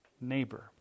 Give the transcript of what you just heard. neighbor